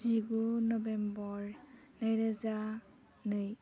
जिगु नबेम्बर नै रोजा नै